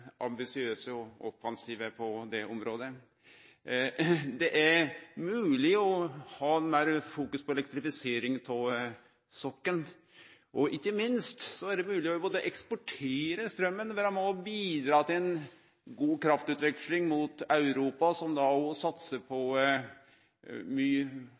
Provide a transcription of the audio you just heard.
ambisiøse og offensive på det området. Det er mogleg å fokusere meir på elektrifisering av sokkelen, og ikkje minst er det mogleg å eksportere straumen og vere med og bidra til ei god kraftutveksling mot Europa, som da også satsar mykje på vind og